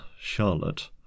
Charlotte